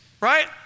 right